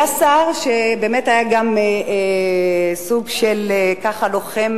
היה שר שבאמת היה גם סוג של לוחם,